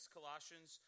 Colossians